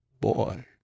boy